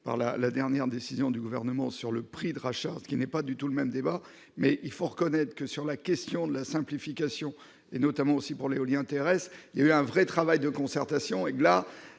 la la dernière décision du gouvernement sur le prix de rachat, ce qui n'est pas du tout le même débat, mais il faut reconnaître que sur la question de la simplification et notamment aussi pour l'éolien terrestre il y a un vrai travail de concertation et là